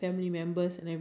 so I guess